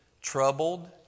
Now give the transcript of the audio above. troubled